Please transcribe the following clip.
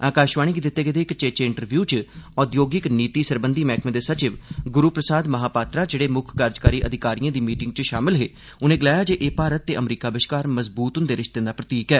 आकाशवाणी गी दित्ते गेदे इक चेचे इंटरव्यु च औद्योगिक नीति सरबंधी मैह्कमे दे सचिव गुरू प्रसाद महापात्रा जेह्ड़े मुक्ख कार्यकारी अधिकारिए दी मीटिंग च शामल हे उनें गलाया जे एह् भारत ते अमरीका बश्कार मजबूत हुंदे रिश्तें दा प्रतीक ऐ